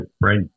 right